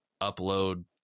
upload